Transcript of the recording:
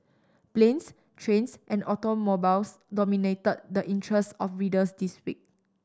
planes trains and automobiles dominated the interests of readers this week